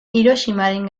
hiroshimaren